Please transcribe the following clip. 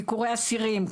ביקורי האסירים,